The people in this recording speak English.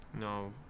No